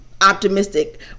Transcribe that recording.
optimistic